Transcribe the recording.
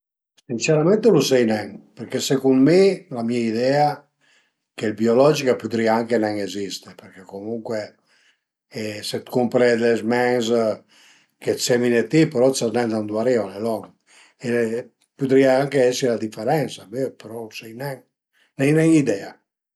Sincerament lu sai nen përché secund mi la mia idea che ël biologich a pudrìa anche nen esiste përché comuncue se cumpre dë smens che t'semine ti però sas nen da ëndua al ariva, al e lon e pudrìa anche esi 'na diferensa però lu sai nen, n'ai nen idea